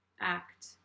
act